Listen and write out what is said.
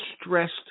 stressed